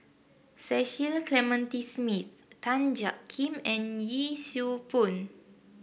Cecil Clementi Smith Tan Jiak Kim and Yee Siew Pun